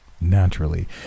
Naturally